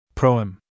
Proem